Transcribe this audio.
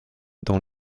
dans